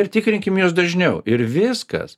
ir tikrinkimės dažniau ir viskas